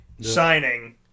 signing